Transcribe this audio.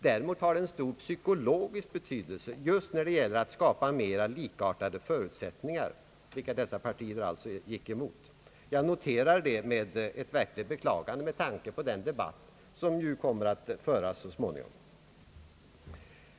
Däremot har det en psykologisk betydelse just när det gäller att skapa mera likartade förutsättningar, vilket dessa partier alltså gick emot. Jag noterar det med verkligt beklagande med tanke på den debatt som kommer att föras så småningom.